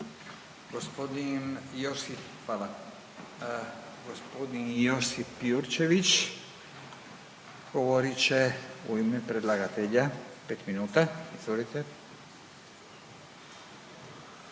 G. Josip Jurčević govorit će u ime predlagatelja 5 minuta.